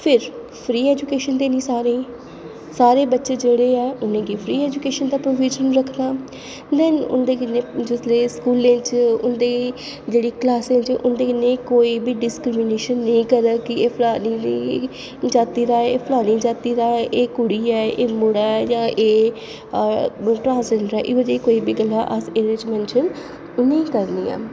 फ्ही free education देनी सारें गी ते सारे जेह्ड़े बच्चे ऐ उ'नेंगी फ्री ऐजूकेशन दा प्रोविज़न रक्खना ऐ दैन्न उं'दे कन्नै जेल्लै स्कूलें च उं'दे कन्नै स्कूलें च उं'दी जेह्ड़ी क्लॉसें च उं'दे कन्नै कोई बी डिसक्रिमीनेशन नेईं करग की एह् फलानी जाति दा ऐ एह् फलानी जाति दा ऐ एह् कुड़ी ऐ जां एह् मुड़ा ऐ जां एह् कोई ट्रांसजेंडर ऐ इवन की अस कोई बी एह्दे च मेनशन नेईं करने आं